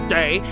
day